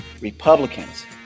Republicans